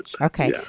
Okay